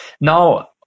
Now